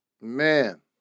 Man